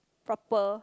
proper